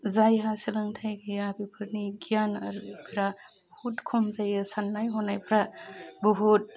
जायहा सोलोंथाइ गैया बेफोरनि गियान आरिफोरा बहुद खम जायो साननाय हनायफ्रा बहुद